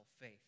faith